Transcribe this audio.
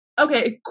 okay